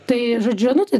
tai žodžiu nu tai